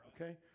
okay